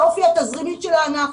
לאופי התזרימי של הענף.